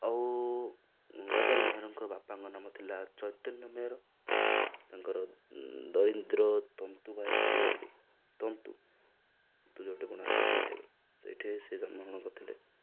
ଆଉ ଗଙ୍ଗାଧର ମେହେରଙ୍କର ବାପାଙ୍କ ନାମ ଥିଲା ଚୈତନ୍ୟ ମେହେର ତାଙ୍କର ଦରିଦ୍ର ତନ୍ତୁ ବା ପରିବାରରେ ତନ୍ତୁ ତନ୍ତୁ ଯେଉଁଟିଟି ବୁଣା ହୋଇଥାଏ ସେଇଟାଇ ସେଇଠି ସେ ଜନ୍ମଗ୍ରହଣ କରିଥିଲେ